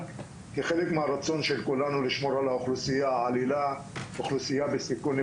כחלק מהרצון של כולנו לשמור על אוכלוסייה בסיכון עם